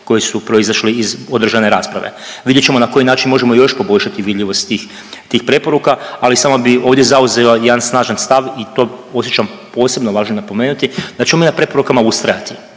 koji su proizašli iz održane rasprave. Vidjet ćemo na koji način možemo još poboljšati vidljivost tih preporuka, ali samo bih ovdje zauzeo jedan snažan stav i to osjećam posebno važno napomenuti da ćemo mi na preporukama ustrajati.